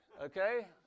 okay